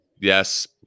yes